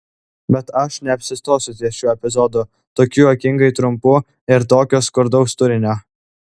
bet aš neapsistosiu ties šiuo epizodu tokiu juokingai trumpu ir tokio skurdaus turinio